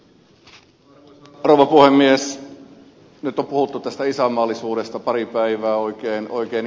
nyt on puhuttu tästä isänmaallisuudesta pari päivää oikein pitkälle